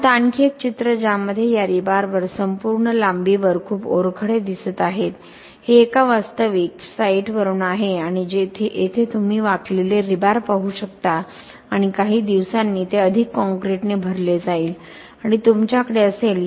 आता आणखी एक चित्र ज्यामध्ये या रीबारवर संपूर्ण लांबीवर खूप ओरखडे दिसत आहेत हे एका वास्तविक साइटवरून आहे आणि येथे तुम्ही वाकलेले रीबार पाहू शकता आणि काही दिवसांनी ते अधिक काँक्रीटने भरले जाईल आणि तुमच्याकडे असेल